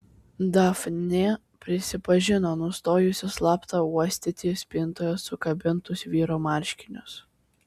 dafnė prisipažino nustojusi slapta uostyti spintoje sukabintus vyro marškinius